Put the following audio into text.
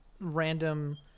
random